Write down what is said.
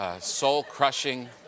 soul-crushing